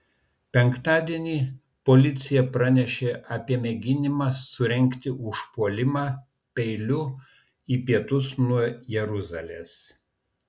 penktadienį policija pranešė apie mėginimą surengti užpuolimą peiliu į pietus nuo jeruzalės